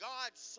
God's